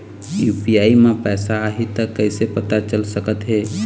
UPI म पैसा आही त कइसे पता चल सकत हे?